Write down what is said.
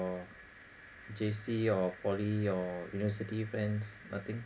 or J_C or poly or university friends nothing